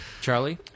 Charlie